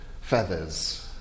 feathers